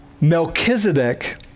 Melchizedek